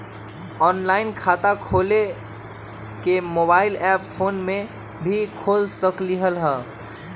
Online खाता खोले के मोबाइल ऐप फोन में भी खोल सकलहु ह?